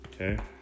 Okay